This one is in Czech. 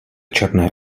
černé